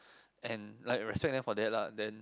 and like respect them for that lah then